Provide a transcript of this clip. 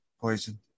Poison